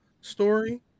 story